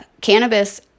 cannabis